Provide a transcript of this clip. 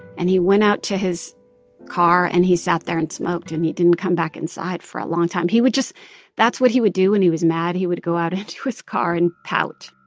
and he went out to his car, and he sat there and smoked, and he didn't come back inside for a long time. he would just that's what he would do when he was mad. he would go out into his car and pout